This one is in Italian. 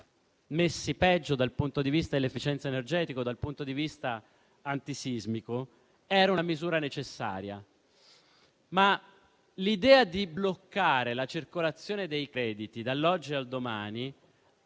messi peggio dal punto di vista dell'efficienza energetica o dal punto di vista antisismico era una misura necessaria. Tuttavia, l'idea di bloccare la circolazione dei crediti dall'oggi al domani